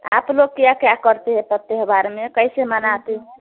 आप लोग क्या क्या करती है तब त्यौहार में कैसे मनाती हैं